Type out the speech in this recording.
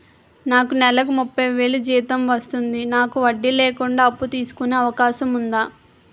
నాకు నేలకు ముప్పై వేలు జీతం వస్తుంది నాకు వడ్డీ లేకుండా అప్పు తీసుకునే అవకాశం ఉందా